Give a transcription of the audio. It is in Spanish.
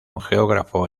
geógrafo